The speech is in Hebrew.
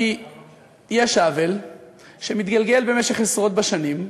כי יש עוול שמתגלגל עשרות בשנים,